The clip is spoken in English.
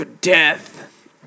death